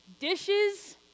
dishes